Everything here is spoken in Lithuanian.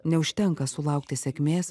neužtenka sulaukti sėkmės